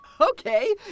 Okay